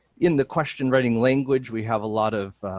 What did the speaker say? in the question writing language we have a lot of